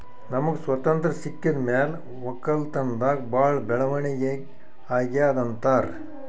ನಮ್ಗ್ ಸ್ವತಂತ್ರ್ ಸಿಕ್ಕಿದ್ ಮ್ಯಾಲ್ ವಕ್ಕಲತನ್ದಾಗ್ ಭಾಳ್ ಬೆಳವಣಿಗ್ ಅಗ್ಯಾದ್ ಅಂತಾರ್